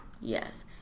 Yes